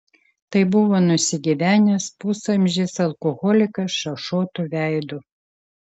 tai buvo nusigyvenęs pusamžis alkoholikas šašuotu veidu